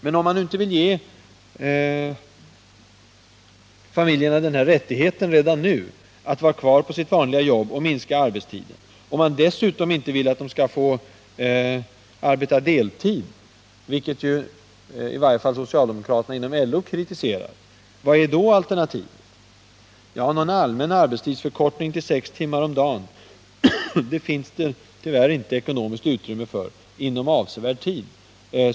Men om man inte vill ge föräldrarna rättighet redan nu att vara kvar på sitt vanliga jobb och minska arbetstiden, och man inte heller vill att de skall få arbeta deltid — i varje fall socialdemokraterna inom LO kritiserar ju deltidsarbetet — vad är då alternativet? Ja, någon allmän arbetstidsförkortning till sex timmar om dagen finns det tyvärr inte ekonomiskt utrymme för inom avsevärd tid.